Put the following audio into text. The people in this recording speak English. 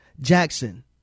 Jackson